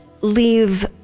leave